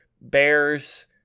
bears